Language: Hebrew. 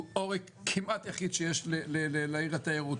הוא עורק כמעט יחיד שיש לעיר התיירות,